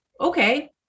Okay